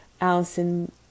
Allison